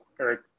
Eric